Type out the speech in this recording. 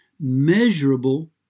measurable